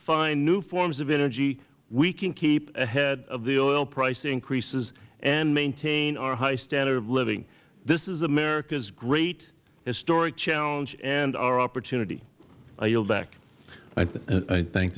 find new forms of energy we can keep ahead of the oil price increases and maintain our high standard of living this is america's great historic challenge and our opportunity i yield back